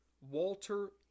Walter